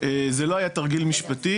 זה לא היה תרגיל משפטי.